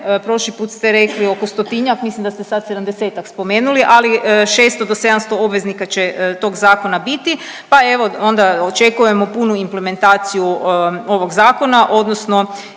prošli put ste rekli oko stotinjak, mislim da ste sad sedamdesetak spomenuli, ali 600 do 700 obveznika će tog zakona biti pa evo onda očekujemo punu implementaciju ovog zakona odnosno